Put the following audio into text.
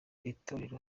itorero